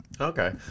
Okay